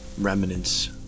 remnants